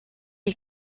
est